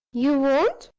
you won't?